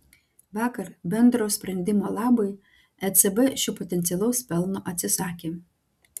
vakar bendro sprendimo labui ecb šio potencialaus pelno atsisakė